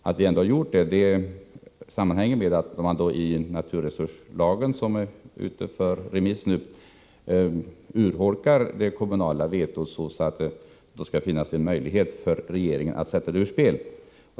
Att vi ändå har gjort det sammanhänger med att man i förslaget till naturresurslag, som är ute på remiss, urholkar det kommunala vetot och att det skall finnas möjlighet för regeringen att sätta det ur spel.